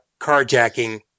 carjacking